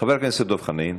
חבר הכנסת דב חנין,